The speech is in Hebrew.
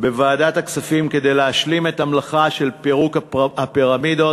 בוועדת הכספים כדי להשלים את המלאכה של פירוק הפירמידות